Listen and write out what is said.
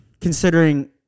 considering